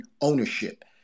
ownership